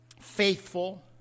faithful